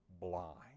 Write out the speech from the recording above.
blind